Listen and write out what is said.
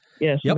Yes